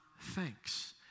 thanks